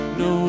no